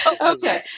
Okay